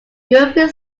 european